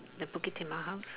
the Bukit-Timah house